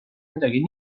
midagi